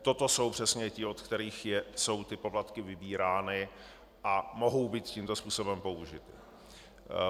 Toto jsou přesně ti, od kterých jsou ty poplatky vybírány, a mohou být tímto způsobem použity.